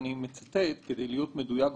אני כן מסכימה איתך